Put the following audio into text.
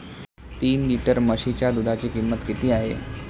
तीन लिटर म्हशीच्या दुधाची किंमत किती आहे?